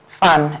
fun